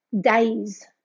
days